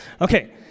Okay